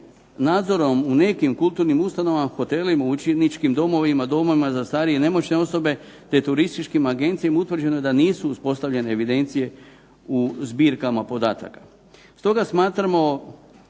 nadzorom u nekim kulturnim ustanovama, hotelima, učeničkim domovima, domovima za starije i nemoćne osobe te turističkim agencijama utvrđeno je da nisu uspostavljene evidencije u zbirkama podataka. Stoga smatramo